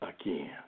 again